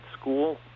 school